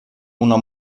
una